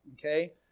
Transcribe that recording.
Okay